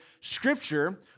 Scripture